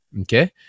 Okay